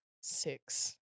six